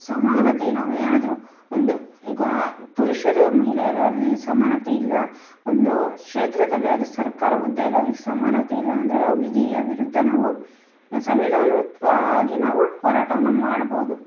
ಸಮಾನತೆ ನಾವೇನಾದರೂ ಒಂದು ಪುರುಷರು ಮಹಿಳೆಯರಲ್ಲಿ ಸಮಾನತೆ ಇಲ್ಲ ಒಂದು ಕ್ಷೇತ್ರದಲ್ಲಿ ಅದು ಸರ್ಕಾರ ಹುದ್ದೆಯಲ್ಲಿ ಅವ್ರಿಗೆ ಸಮಾನತೆ ಇಲ್ಲ ಅಂದರೆ ಆ ವಿಧಿಯ ವಿರುದ್ಧ ನಾವು ಸಂವಿಧಾನಾತ್ವಾಗಿ ನಾವು ಹೋರಾಟವನ್ನು ಮಾಡ್ಬೋದು